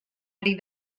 ari